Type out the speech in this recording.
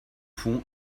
fond